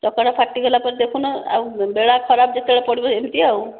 ଚକ ଟା ଫାଟିଗଲା ପରେ ଦେଖୁନ ଆଉ ବେଳା ଖରାପ ଯେତେବେଳେ ପଡ଼ିବ ଏମିତି ଆଉ